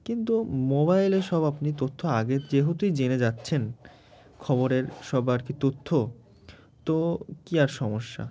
কিন্তু মোবাইলে সব আপনি তথ্য আগে যেহেতুই জেনে যাচ্ছেন খবরের সব আর কি তথ্য তো কী আর সমস্যা